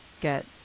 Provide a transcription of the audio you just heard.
get